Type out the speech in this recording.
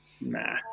nah